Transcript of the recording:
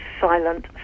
Silent